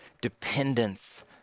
dependence